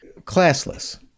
classless